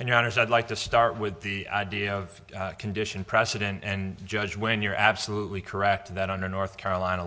and your honors i'd like to start with the idea of condition precedent and judge when you're absolutely correct that under north carolina